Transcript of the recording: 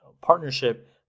partnership